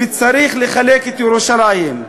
וצריך לחלק את ירושלים.